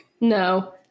no